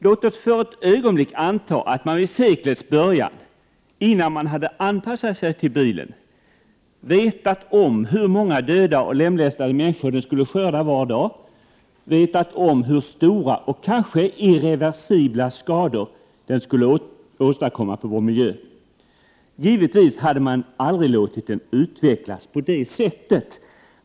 Låt oss för ett ögonblick anta att man vid seklets början, innan man hade anpassat sig till bilen, vetat om hur många döda och lemlästade människor den skulle skörda varje dag, vetat om hur stora och kanske irreversibla skador den skulle åstadkomma på vår miljö. Givetvis hade man aldrig låtit Prot. 1988/89:110 den utvecklas på det sättet.